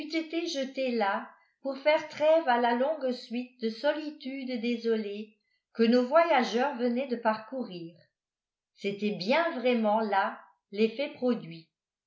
été jeté là pour faire trève à la longue suite de solitudes désolées que nos voyageurs venaient de parcourir c'était bien vraiment là l'effet produit